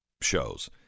shows